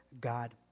God